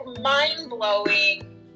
mind-blowing